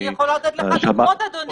אני יכולה לתת לך דוגמאות, אדוני.